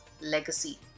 legacy